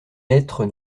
lettres